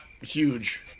huge